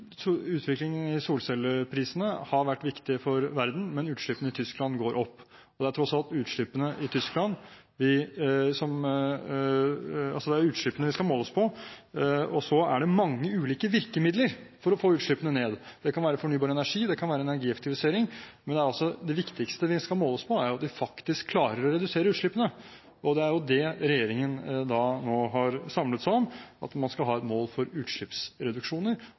Ja, utviklingen i solcelleprisene har vært viktige for verden, men utslippene i Tyskland går opp, og det er tross alt utslippene vi skal måles på, og så er det mange ulike virkemidler for å få utslippene ned. Det kan være fornybar energi, og det kan være energieffektivisering. Men det viktigste vi skal måles på, er om vi faktisk klarer å redusere utslippene. Det er det regjeringen nå har samlet seg om; at man skal ha et mål om utslippsreduksjoner, og så skal man selvfølgelig benytte ulike virkemidler for